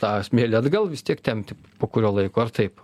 tą smėlį atgal vis tiek tempti po kurio laiko ar taip